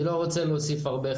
אני לא רוצה להוסיף הרבה,